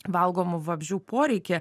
valgomų vabzdžių poreikį